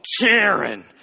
Karen